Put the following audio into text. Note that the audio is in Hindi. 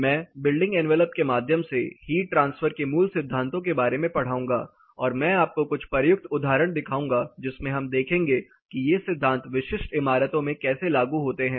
मैं बिल्डिंग एनवेलप के माध्यम से हीट ट्रांसफर के मूल सिद्धांतों के बारे में पढ़ाऊंगा और मैं आपको कुछ प्रयुक्त उदाहरण दिखाऊंगा जिसमें हम देखेंगे कि ये सिद्धांत विशिष्ट इमारतों में कैसे लागू होते हैं